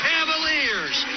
Cavaliers